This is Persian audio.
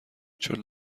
چون